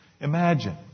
Imagine